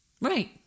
Right